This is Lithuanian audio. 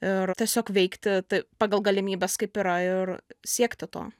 ir tiesiog veikti pagal galimybes kaip yra ir siekti to